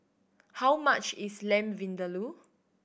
how much is Lamb Vindaloo